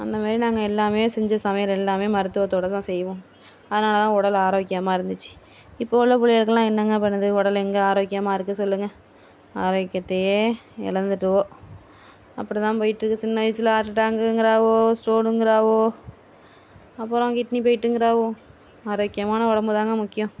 அந்த மாரி நாங்கள் எல்லாமே செஞ்ச சமையல் எல்லாமே மருத்துவத்தோடதான் செய்வோம் அதனாலதான் உடல் ஆரோக்கியமாக இருந்துச்சு இப்போ உள்ள பிள்ளைகளுக்குலாம் என்னங்க பண்ணுது உடல் எங்கே ஆரோக்கியமாயிருக்கு சொல்லுங்க ஆரோக்கியத்தையே இழந்துட்டுவோ அப்படிதான் போயிற்றுக்கு சின்ன வயிசில் ஆட்டர்டாவுங்கிறாவோ ஸ்டோனுங்கிறாவோ அப்புறம் கிட்னி போயிட்டுங்கிறாவோ ஆரோக்கியமான உடம்புதாங்க முக்கியம்